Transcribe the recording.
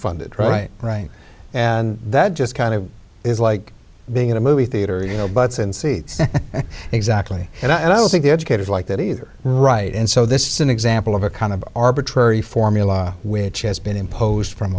funded right right and that just kind of is like being in a movie theater you know butts in seats exactly and i don't think the educators like that either right and so this an example of a kind of arbitrary formula which has been imposed from